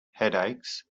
headaches